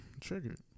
triggered